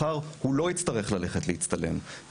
מחר הוא לא יצטרך ללכת להצטלם,